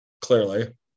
clearly